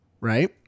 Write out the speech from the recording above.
Right